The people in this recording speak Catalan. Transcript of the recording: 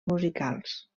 musicals